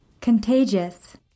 Contagious